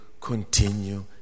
continue